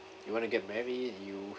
you want to get married you